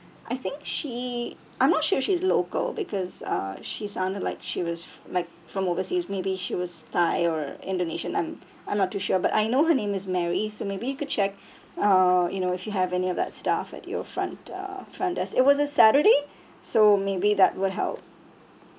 I think she I'm not sure if she's local because uh she sounded like she was like from overseas maybe she was thai or indonesian I'm I'm not too sure but I know her name is mary so maybe you could check uh you know if you have any of that staff at your front uh front desk it was a saturday so maybe that would help